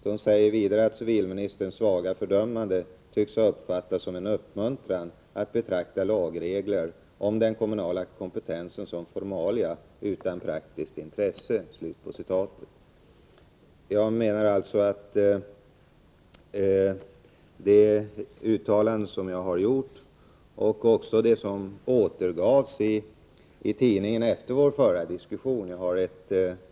Hon säger vidare: ”Civilministerns svaga fördömande tycks ha uppfattats som en uppmuntran att betrakta lagregler om den kommunala kompetensen som formalia utan praktiskt intresse.” Jag menar att det uttalande som jag gjorde, och som återgavs i tidningarna efter vår förra diskussion, inte alls var ett svagt fördömande.